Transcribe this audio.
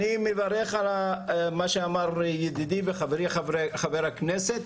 אני מברך על מה שאמר ידידי וחברי חבר הכנסת.